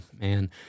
man